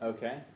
Okay